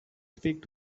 speak